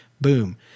Boom